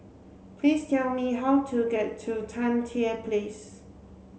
please tell me how to get to Tan Tye Place